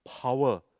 power